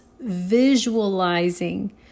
visualizing